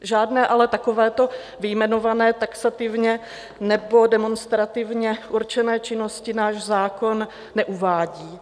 Žádné ale takovéto vyjmenované taxativně nebo demonstrativně určené činnosti náš zákon neuvádí.